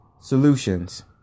solutions